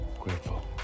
grateful